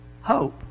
hope